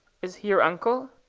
is he your uncle?